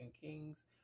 Kings